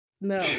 no